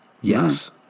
Yes